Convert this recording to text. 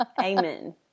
amen